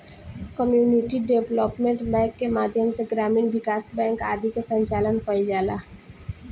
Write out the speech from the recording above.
community development bank के माध्यम से ग्रामीण विकास बैंक आदि के संचालन कईल जाला